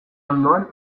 ondoan